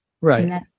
Right